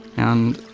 and.